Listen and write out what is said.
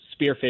spearfish